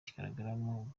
kigaragaramo